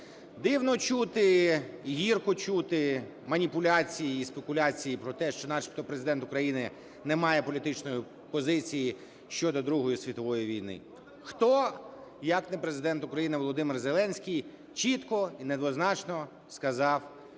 Дивно чути і гірко чути маніпуляції і спекуляції про те, що начебто Президент України не має політичної позиції щодо Другої світової війни. Хто, як не Президент України Володимир Зеленський, чітко і недвозначно сказав, що